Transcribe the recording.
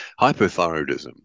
Hypothyroidism